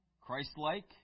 Christ-like